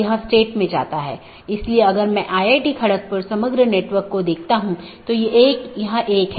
वास्तव में हमने इस बात पर थोड़ी चर्चा की कि विभिन्न प्रकार के BGP प्रारूप क्या हैं और यह अपडेट क्या है